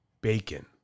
Bacon